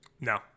No